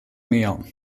mehr